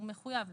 הוא מחויב לעשות.